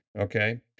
Okay